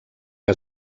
que